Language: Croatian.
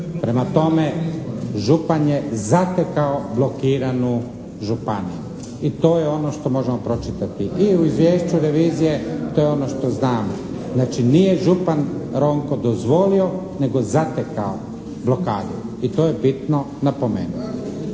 Prema tome župan je zatekao blokiranu županiju i to je ono što možemo pročitati i u izvješću revizije, to je ono što znamo. Znači nije župan Ronko dozvolio nego zatekao blokadu i to je bitno napomenuti.